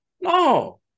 No